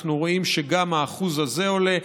אנחנו רואים שגם האחוז הזה עולה.